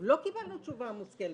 לא קיבלנו תשובה מושכלת.